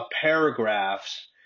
paragraphs